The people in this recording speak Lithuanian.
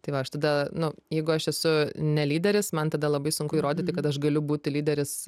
tai va aš tada nu jeigu aš esu ne lyderis man tada labai sunku įrodyti kad aš galiu būti lyderis